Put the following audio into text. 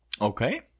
Okay